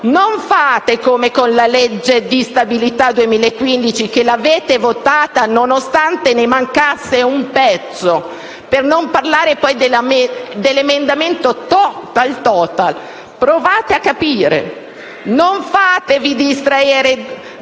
Non fate come con la legge di stabilità 2015, che avete votato nonostante ne mancasse un pezzo, per non parlare poi del cosiddetto emendamento Total-Total. Provate a capire e non fatevi distrarre